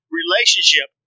relationship